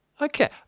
Okay